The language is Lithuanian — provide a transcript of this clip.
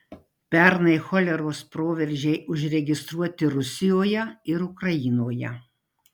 pernai choleros proveržiai užregistruoti rusijoje ir ukrainoje